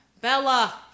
Bella